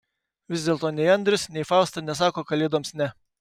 vis dėlto nei andrius nei fausta nesako kalėdoms ne